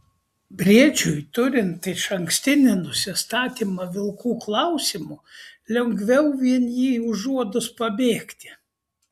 briedžiui turint išankstinį nusistatymą vilkų klausimu lengviau vien jį užuodus pabėgti